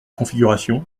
configuration